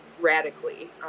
radically